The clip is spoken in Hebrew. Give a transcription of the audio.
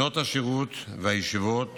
שנות השירות והישיבות